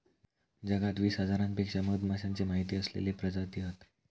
जगात वीस हजारांपेक्षा मधमाश्यांचे माहिती असलेले प्रजाती हत